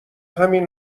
همین